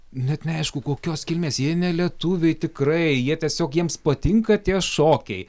net neaišku kokios kilmės jie ne lietuviai tikrai jie tiesiog jiems patinka tie šokiai